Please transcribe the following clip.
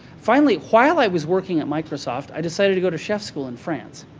finally, while i was working at microsoft, i decided to go to chef's school in france.